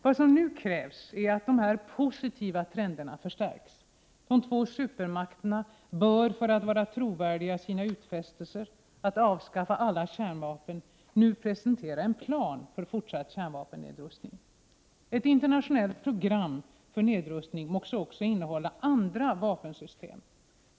Vad som nu krävs är att dessa positiva trender förstärks. De två supermakterna bör för att vara trovärdiga i sina utfästelser att avskaffa alla kärnvapen nu presentera en plan för fortsatt kärnvapennedrustning. Ett internationellt program för nedrustning måste också innehålla andra vapensystem.